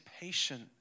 patient